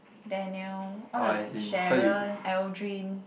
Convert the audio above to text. Daniel all the Sharon Aldrin